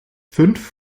fünf